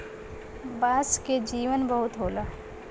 बांस के जीवन बहुत होला